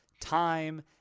time